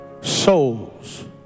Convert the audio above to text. souls